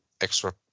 extra